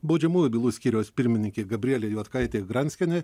baudžiamųjų bylų skyriaus pirmininkė gabrielė juodkaitė granskienė